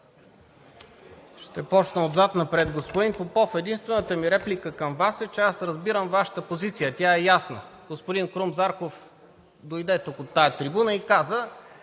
Ще започна отзад напред. Господин Попов, единствената ми реплика към Вас е, че аз разбирам Вашата позиция – тя е ясна. Господин Крум Зарков дойде тук от тази трибуна и каза: